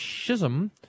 schism